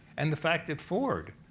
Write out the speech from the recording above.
and the fact that ford,